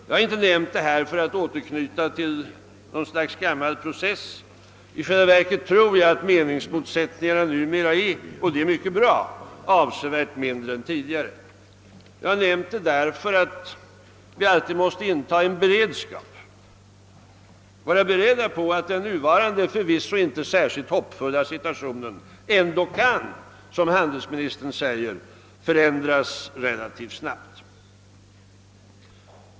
Jag har inte nämnt detta för att återknyta till något slags gammal process. I själva verket tror jag att meningsmotsättningarna numera är avsevärt mindre än tidigare, vilket är mycket bra. Jag vill endast framhålla att vi alltid måste inta en beredskap, vara beredda på att den nuvarande förvisso inte särskilt hoppfulla situationen ändå kan, som handelsministern säger, förändras relativt snabbt.